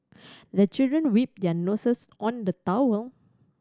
the children wipe their noses on the towel